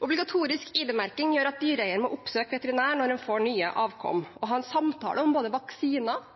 Obligatorisk ID-merking gjør at dyreeier må oppsøke veterinær når hun får nye avkom, og ha en samtale om både vaksiner